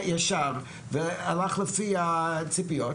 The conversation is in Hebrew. ישר והלך לפי הציפיות,